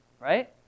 right